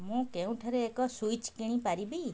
ମୁଁ କେଉଁଠାରେ ଏକ ସୁଇଚ୍ କିଣିପାରିବି